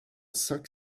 cinq